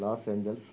Los Angeles